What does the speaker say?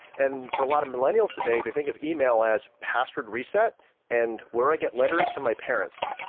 and for a lot of millennials today, they think of email as password reset and where i get letters from my parents.